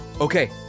Okay